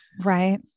right